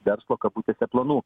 verslo kabutėse planų